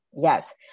Yes